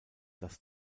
das